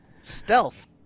Stealth